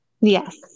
Yes